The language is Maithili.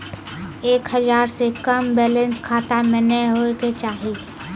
एक हजार से कम बैलेंस खाता मे नैय होय के चाही